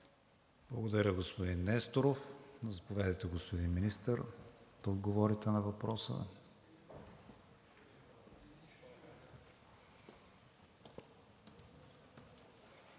Благодаря Ви, господин Несторов. Заповядайте, господин Министър, да отговорите на въпроса.